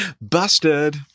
Busted